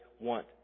want